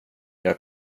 jag